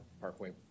Parkway